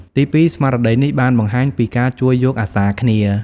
ទីពីរ ស្មារតីនេះបានបង្ហាញពី ការជួយយកអាសាគ្នា។